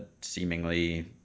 seemingly